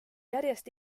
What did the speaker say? järjest